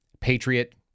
Patriot